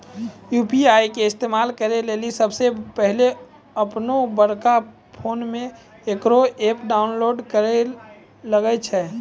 UPI के इस्तेमाल करै लेली सबसे पहिलै अपनोबड़का फोनमे इकरो ऐप डाउनलोड करैल लागै छै